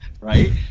right